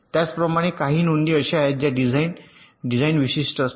त्याचप्रमाणे काही नोंदीही अशा आहेत ज्या डिझाइन डिझाइन विशिष्ट असतात